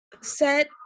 set